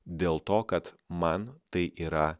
dėl to kad man tai yra